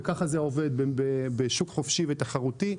וכך זה עובד בשוק חופשי ותחרותי.